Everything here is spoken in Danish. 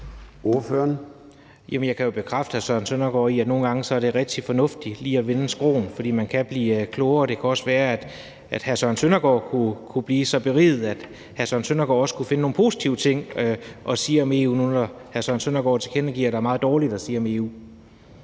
det nogle gange er rigtig fornuftigt lige at vende skråen, fordi man kan blive klogere. Det kunne også være, at hr. Søren Søndergaard kunne blive så beriget, at hr. Søren Søndergaard også kunne finde nogle positive ting at sige om EU nu, hvor hr. Søren Søndergaard tilkendegiver, at der er meget dårligt at sige om EU.